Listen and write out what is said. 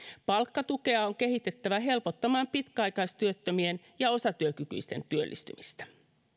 palkkatukea on kehitettävä helpottamaan pitkäaikaistyöttömien ja osatyökykyisten työllistymistä